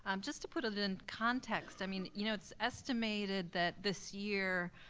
um just to put it it in context, i mean you know it's estimated that this year,